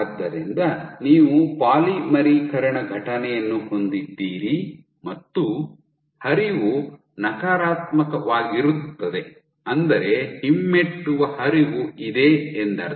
ಆದ್ದರಿಂದ ನೀವು ಪಾಲಿಮರೀಕರಣ ಘಟನೆಯನ್ನು ಹೊಂದಿದ್ದೀರಿ ಮತ್ತು ಹರಿವು ನಕಾರಾತ್ಮಕವಾಗಿರುತ್ತದೆ ಅಂದರೆ ಹಿಮ್ಮೆಟ್ಟುವ ಹರಿವು ಇದೆ ಎಂದರ್ಥ